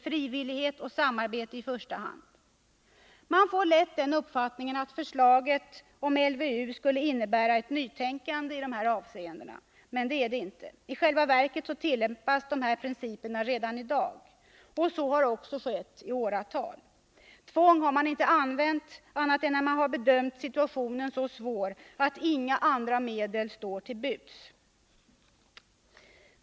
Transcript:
Frivillighet och samarbete skall tillämpas i första hand. Man får lätt den uppfattningen att förslaget om LVU skulle innebära ett nytänkande i de här avseendena. Men det är det inte. I själva verket tillämpas dessa principer redan i dag, och så har också skett i åratal. Tvång har inte använts annat än när situationen bedömts som så svår att inga andra medel står till buds.